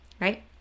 right